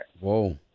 Whoa